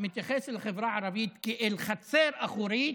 מתייחסים לחברה הערבית כאל חצר אחורית,